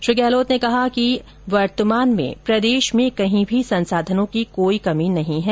श्री गहलोत ने कहा कि वर्तमान में प्रदेश में कहीं भी संसाधनों की कोई भी कमी नहीं है